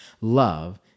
love